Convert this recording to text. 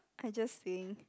I just saying